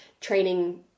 training